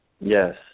Yes